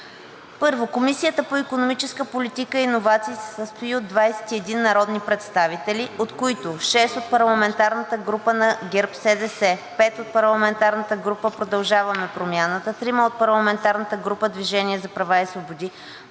1. Комисията по отбрана се състои от 17 народни представители, от които 5 от парламентарната група на ГЕРБ-СДС, 4 от парламентарната група „Продължаваме Промяната“, 2 от парламентарната група „Движение за права и свободи“,